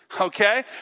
okay